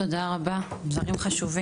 תודה רבה, אלה דברים חשובים.